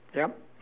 yup